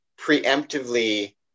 preemptively